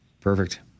Perfect